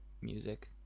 music